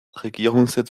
regierungssitz